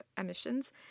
emissions